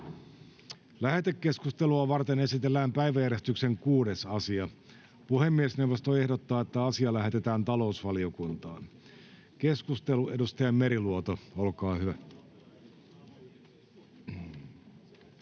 Lähetekeskustelua varten esitellään päiväjärjestyksen 6. asia. Puhemiesneuvosto ehdottaa, että asia lähetetään talousvaliokuntaan. — Keskustelu, edustaja Meriluoto, olkaa hyvä.